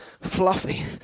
fluffy